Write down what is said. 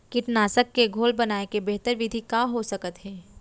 कीटनाशक के घोल बनाए के बेहतर विधि का हो सकत हे?